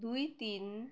দুই তিন